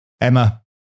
Emma